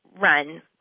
run